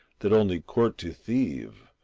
that only court to thieve,